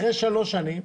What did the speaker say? אחרי שלוש שנים,